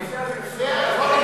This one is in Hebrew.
הנושא הזה קשור,